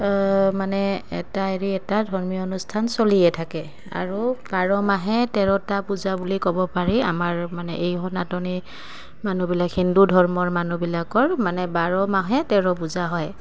মানে এটা এৰি এটা ধৰ্মীয় অনুষ্ঠান চলিয়ে থাকে আৰু বাৰ মাহে তেৰটা পূজা বুলি ক'ব পাৰি আমাৰ মানে এই সনাতনি মানুহবিলাক হিন্দু ধৰ্মৰ মানুহবিলাকৰ মানে বাৰ মাহে তেৰ পূজা হয়